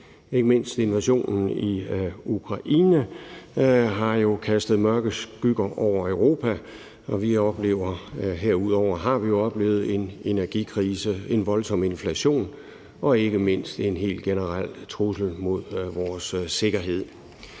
Ikke mindst invasionen i Ukraine har kastet mørke skygger over Europa, og herudover har vi oplevet en energikrise, en voldsom inflation og ikke mindst en helt generel trussel mod vores sikkerhed.